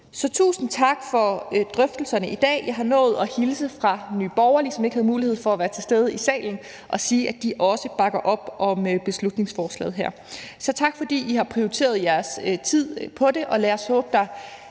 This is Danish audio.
Så tusind tak for drøftelserne i dag. Jeg har lovet at hilse fra Nye Borgerlige, som ikke havde mulighed for at være til stede i salen, og sige, at de også bakker op om beslutningsforslaget. Så tak, fordi I har prioriteret jeres tid på det, og lad os håbe,